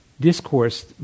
discourse